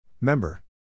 Member